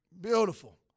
Beautiful